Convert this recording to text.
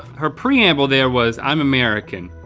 her preamble there was i'm american,